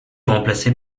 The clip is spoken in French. remplacé